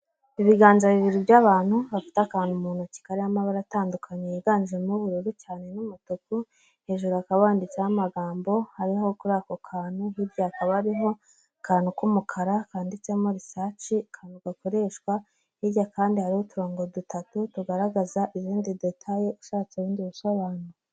Ibiganza bibiri by'abantu bafite akantu mu ntoki kariho amabara atandukanye yiganjemo ubururu cyane n'umutuku, hejuru akababanditseho amagambo ariho kuri ako kantu, hirya hakaba hariho akantu k'umukara kanditsemo risaci akantu gakoreshwa, hirya kandi hariho uturongo dutatu tugaragaza izindi detaye ushatse ubundi busobanuro.